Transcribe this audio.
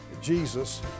Jesus